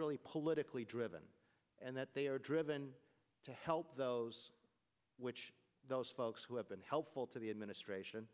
really politicly driven and that they are driven to help those which those folks who have been helpful to the administration